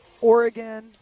Oregon